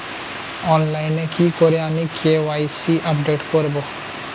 অনলাইনে কি করে আমি কে.ওয়াই.সি আপডেট করব?